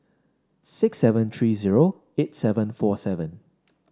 six seven three zero eight seven four seven